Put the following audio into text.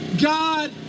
God